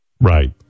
Right